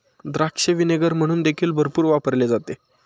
द्राक्ष व्हिनेगर म्हणून देखील भरपूर वापरले जाते